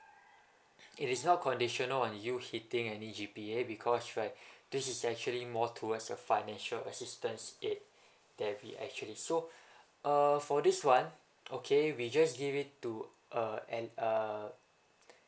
it is not conditioner on you hitting any G_P_A because right this is actually more towards a financial assistance aid that we actually so uh for this [one] okay we just give it to uh and uh